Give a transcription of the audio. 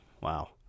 wow